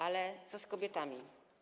A co z kobietami?